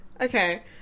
Okay